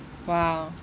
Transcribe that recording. !wow!